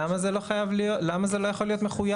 למה זה לא יכול להיות מחויב?